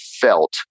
felt